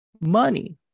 money